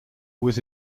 was